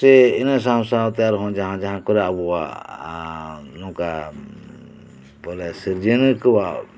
ᱥᱮ ᱤᱱᱟᱹ ᱥᱟᱶ ᱥᱟᱶᱛᱮ ᱟᱨᱦᱚᱸ ᱡᱟᱦᱟ ᱠᱚᱨᱮ ᱟᱵᱚᱣᱟᱜ ᱱᱚᱝᱠᱟ ᱵᱚᱞᱮ ᱥᱤᱨᱡᱚᱱᱤᱭᱟᱹ ᱠᱚᱣᱟᱜ